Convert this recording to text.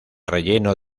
relleno